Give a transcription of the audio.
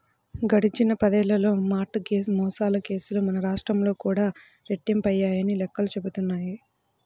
గడిచిన పదేళ్ళలో mortgage మోసాల కేసులు మన రాష్ట్రంలో కూడా రెట్టింపయ్యాయని లెక్కలు చెబుతున్నాయి